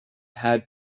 had